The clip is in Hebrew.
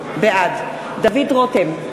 בעד דוד רותם,